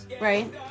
Right